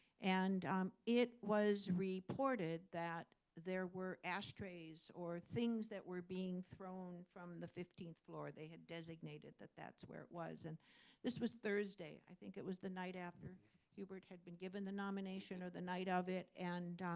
and it was reported that there were ashtrays or things that were being thrown from the fifteenth floor. they had designated that that's where it was. and this was thursday. i think it was the night after hubert had been given the nomination, or the night of it. and